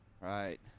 Right